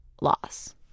loss